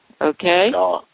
Okay